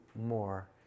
more